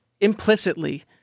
implicitly